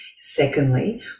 Secondly